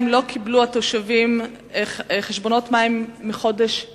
לא קיבלו התושבים חשבונות מים מחודש יולי.